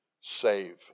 save